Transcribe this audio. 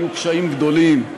היו קשיים גדולים,